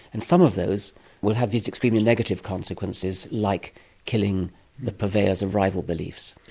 and some of those will have these extremely negative consequences, like killing the purveyors of rival beliefs.